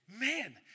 Man